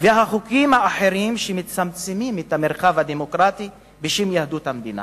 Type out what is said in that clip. והחוקים האחרים שמצמצמים את המרחב הדמוקרטי בשם יהדות המדינה.